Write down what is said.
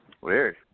weird